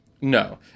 no